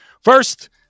first